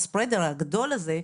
ה-spreader הגדול הזה,